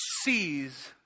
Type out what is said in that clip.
sees